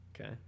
Okay